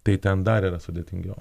tai ten dar yra sudėtingiau